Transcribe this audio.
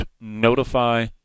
notify